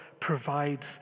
provides